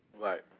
right